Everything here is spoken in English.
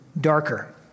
darker